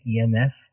EMF